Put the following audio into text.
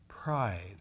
pride